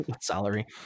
salary